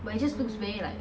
but it just looks very like